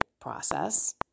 process